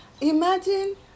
Imagine